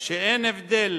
שאין הבדל